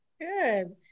Good